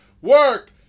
work